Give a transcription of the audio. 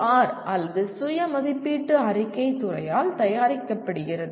R அல்லது சுய மதிப்பீட்டு அறிக்கை துறையால் தயாரிக்கப்படுகிறது